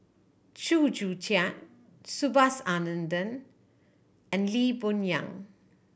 Chew Joo Chiat Subhas Anandan and Lee Boon Yang